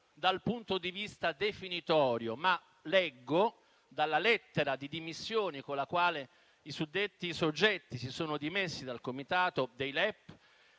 dal punto di vista definitorio, ma - come si legge nella lettera di dimissioni con la quale i suddetti soggetti si sono dimessi dal Comitato per